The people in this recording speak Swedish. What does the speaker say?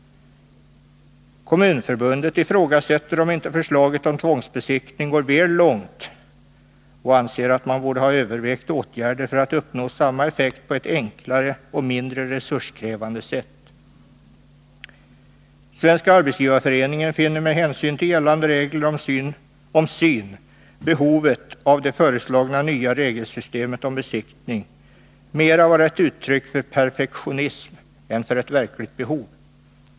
Kommunförbundet ifrågasätter om inte förslaget om tvångsbesiktning går väl långt och anser att man borde ha övervägt åtgärder för att uppnå samma effekt på ett enklare och mindre resurskrävande sätt. Svenska arbetsgivareföreningen finner med hänsyn till gällande regler om syn behovet av det föreslagna nya regelsystemet om besiktning mera vara ett uttryck för perfektionism än för ett verkligt behov.